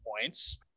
points